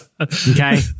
Okay